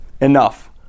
Enough